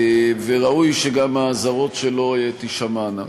וראוי שגם האזהרות שלו תישמענה.